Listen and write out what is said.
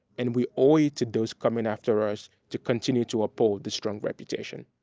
and we owe it to those coming after us to continue to uphold the strong reputation.